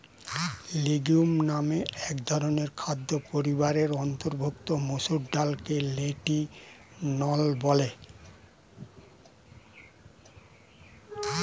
legume নামক একধরনের খাদ্য পরিবারের অন্তর্ভুক্ত মসুর ডালকে লেন্টিল বলে